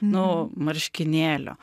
nu marškinėlių